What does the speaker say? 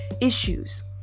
issues